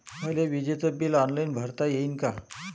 मले विजेच bill online भरता येईन का?